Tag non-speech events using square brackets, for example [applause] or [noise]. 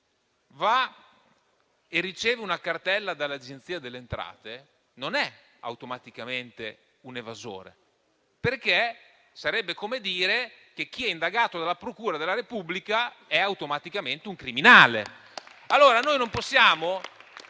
chi riceve una cartella dall'Agenzia delle entrate non è automaticamente un evasore, perché sarebbe come dire che chi è indagato dalla procura della Repubblica è automaticamente un criminale. [applause] Sono